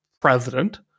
president